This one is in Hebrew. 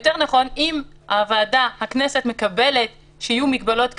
אם הכנסת מקבלת שיהיו מגבלות כאלה,